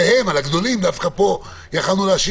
עליהם, על הגדולים, דווקא פה, יותר.